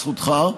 זכותך,